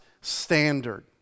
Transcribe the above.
standard